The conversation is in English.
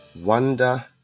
Wonder